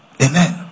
Amen